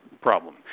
problem